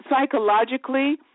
psychologically